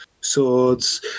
swords